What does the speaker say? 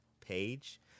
page